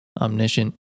omniscient